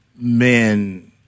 men